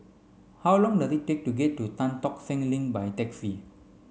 how long does it take to get to Tan Tock Seng Link by taxi